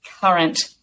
current